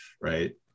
right